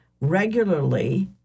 regularly